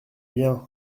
bien